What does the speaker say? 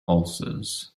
ulcers